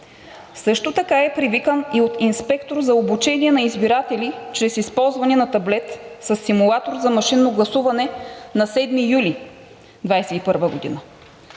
Също така е привикан и от инспектор за обучение на избиратели чрез използване на таблет със симулатор за машинно гласуване на 7 юли 2021 г.